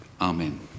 Amen